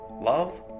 love